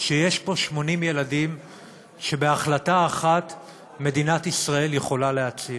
שיש פה 80 ילדים שבהחלטה אחת מדינת ישראל יכולה להציל.